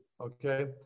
Okay